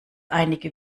einige